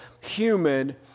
human